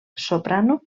soprano